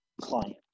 client